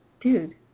Dude